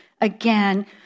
Again